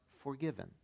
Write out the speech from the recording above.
forgiven